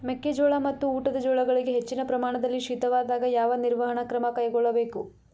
ಮೆಕ್ಕೆ ಜೋಳ ಮತ್ತು ಊಟದ ಜೋಳಗಳಿಗೆ ಹೆಚ್ಚಿನ ಪ್ರಮಾಣದಲ್ಲಿ ಶೀತವಾದಾಗ, ಯಾವ ನಿರ್ವಹಣಾ ಕ್ರಮ ಕೈಗೊಳ್ಳಬೇಕು?